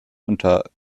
unter